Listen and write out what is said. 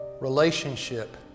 Relationship